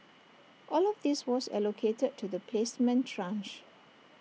all of this was allocated to the placement tranche